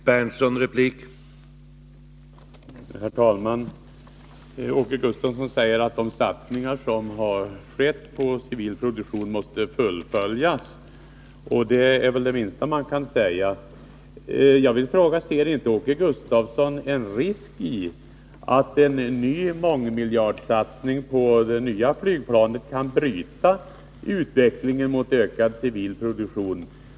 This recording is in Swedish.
Herr talman! Åke Gustavsson säger att de satsningar som har skett på civil produktion måste fullföljas, och det är väl det minsta man kan säga. Jag vill fråga: Ser inte Åke Gustavsson en risk i att en ny mångmiljardsatsning på det nya flygplanet kan bryta utvecklingen mot ökad civil produktion?